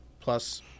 plus